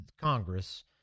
Congress